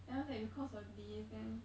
then after that because of this then